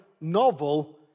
novel